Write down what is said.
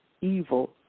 evil